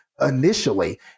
initially